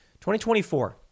2024